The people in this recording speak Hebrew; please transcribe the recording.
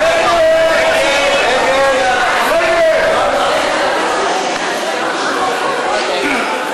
הציוני להביע אי-אמון בממשלה לא נתקבלה.